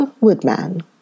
woodman